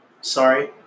Sorry